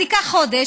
אז ייקח חודש,